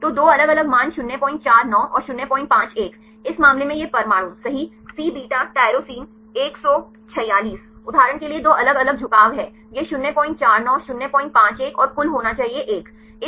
तो दो अलग अलग मान 049 और 051 इस मामले में यह परमाणु सही Cβ tyrosine 146 उदाहरण के लिए दो अलग अलग झुकाव है यह 049 051 और कुल होना चाहिए 1